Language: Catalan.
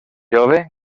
jove